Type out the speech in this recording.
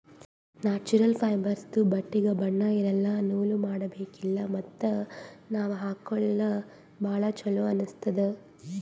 natural ಫೈಬರ್ಸ್ದು ಬಟ್ಟಿಗ್ ಬಣ್ಣಾ ಇರಲ್ಲ ನೂಲ್ ಮಾಡಬೇಕಿಲ್ಲ ಮತ್ತ್ ನಾವ್ ಹಾಕೊಳ್ಕ ಭಾಳ್ ಚೊಲೋ ಅನ್ನಸ್ತದ್